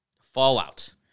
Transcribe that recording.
Fallout